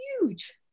huge